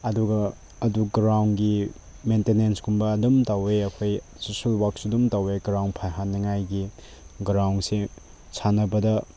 ꯑꯗꯨꯒ ꯑꯗꯨ ꯒ꯭ꯔꯥꯎꯟꯒꯤ ꯃꯦꯟꯇꯦꯅꯦꯟꯁꯀꯨꯝꯕ ꯑꯗꯨꯝ ꯇꯧꯋꯦ ꯑꯩꯈꯣꯏ ꯁꯣꯁꯦꯜ ꯋꯥꯛꯁꯨ ꯑꯗꯨꯝ ꯇꯧꯋꯦ ꯒ꯭ꯔꯥꯎꯟ ꯐꯍꯟꯅꯤꯡꯉꯥꯏꯒꯤ ꯒ꯭ꯔꯥꯎꯟꯁꯦ ꯁꯥꯟꯅꯕꯗ